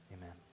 amen